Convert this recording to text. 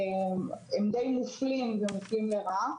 הם די מופלים לרעה.